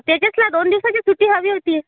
तेजसला दोन दिवसाची सुट्टी हवी होती